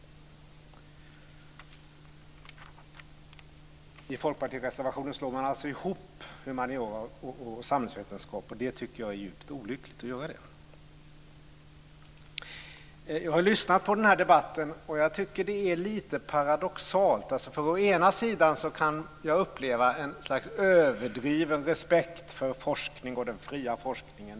I folkpartireservationen slår man ihop humaniora och samhällsvetenskap, och det tycker jag är djupt olyckligt. Jag har lyssnat på denna debatt, och jag tycker att det är lite paradoxalt. Å ena sidan kan jag uppleva ett slags överdriven respekt för den fria forskningen.